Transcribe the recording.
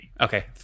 Okay